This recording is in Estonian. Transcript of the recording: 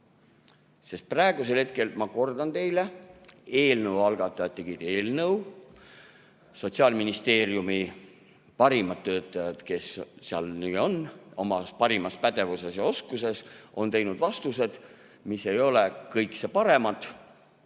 Sest praegu, ma kordan teile, eelnõu algatajad tegid eelnõu. Sotsiaalministeeriumi parimad töötajad, kes seal on oma parimas pädevuses ja oskuses, on teinud vastused, mis ei ole kõikse paremad,